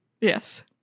Yes